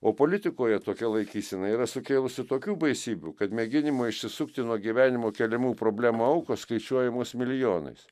o politikoje tokia laikysena yra sukėlusi tokių baisybių kad mėginimo išsisukti nuo gyvenimo keliamų problemų aukos skaičiuojamos milijonais